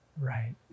Right